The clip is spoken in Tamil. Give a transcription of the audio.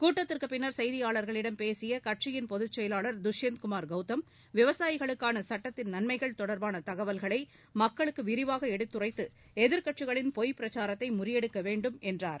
கூட்டத்திற்குப் பின்னர் செய்தியாளர்களிடம் பேசிய கட்சியின் பொது செயலாளர் துஷ்யந்த் குமார் கௌதம் விவசாயிகளுக்கான சட்டத்தின் நன்மைகள் தொடர்பான தகவல்களை மக்களுக்கு விரிவாக எடுத்துரைத்து எதிர்கட்சிகளின் பொய் பிரச்சாரத்ததை முறியடிக்க வேண்டும் என்றார்